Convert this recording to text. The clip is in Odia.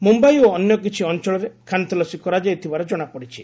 ମୁମ୍ୟାଇ ଓ ଅନ୍ୟ କିଛି ଅଞ୍ଚଳରେ ଖାନତଲାସି କରାଯାଇଥିବାର ଜଣାପଡ଼ିଛି